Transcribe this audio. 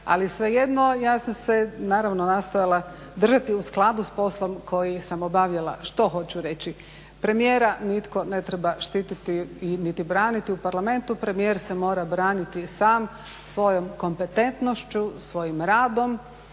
Ali svejedno, ja sam se naravno nastojala držati u skladu s poslom koji sam obavljala. Što hoću reći? Premijera nitko ne treba štititi niti braniti u Parlamentu, premijer se mora braniti sam svojom kompetentnošću, svojim radom,